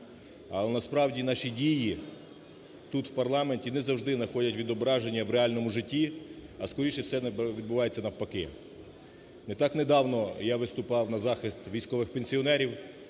Але, насправді, наші дії тут в парламенті не завжди находять відображення в реальному житті, а скоріше все відбувається навпаки. Так, недавно я виступав на захист військових пенсіонерів,